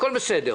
הכול בסדר